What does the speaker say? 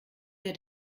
wir